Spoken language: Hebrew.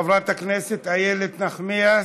חברת הכנסת איילת נחמיאס,